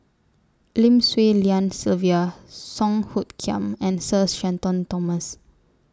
Lim Swee Lian Sylvia Song Hoot Kiam and Sir Shenton Thomas